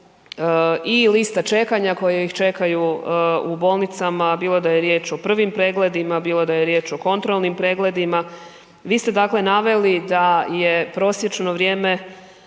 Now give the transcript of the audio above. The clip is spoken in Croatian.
i lista čekanja koje ih čekaju u bolnicama bilo da riječ o prvim pregledima, bilo da je riječ o kontrolnim pregledima. Vi ste dakle naveli da je prosječno vrijeme